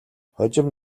хожим